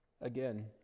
Again